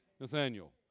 Nathaniel